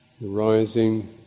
rising